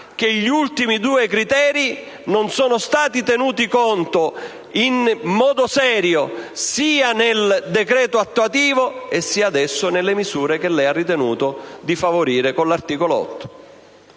che gli ultimi due non sono stati tenuti in considerazione in modo serio né nel decreto attuativo né, adesso, nelle misure che lei ha ritenuto di favorire con l'articolo 8